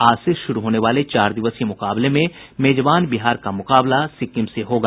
आज से शुरू होने वाले चार दिवसीय मुकाबले में मेजबान बिहार का मुकाबला सिक्किम से होगा